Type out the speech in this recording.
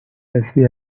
حزبی